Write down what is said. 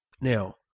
Now